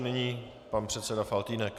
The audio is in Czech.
Nyní pan předseda Faltýnek.